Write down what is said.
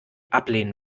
ablehnen